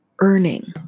earning